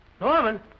Norman